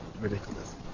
ridiculous